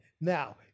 Now